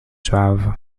suaves